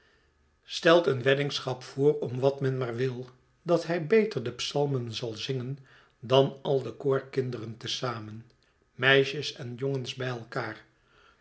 stelt een weddingschap voor om wat men maar wil dat hij beter de psalmen zal zingen dan al de koorkinderen te zamen meisjes en jongens bij elkaar